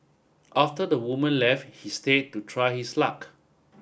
after the woman left he stay to try his luck